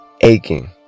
aching